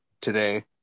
today